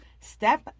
Step